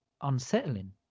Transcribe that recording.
unsettling